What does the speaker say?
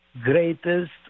Greatest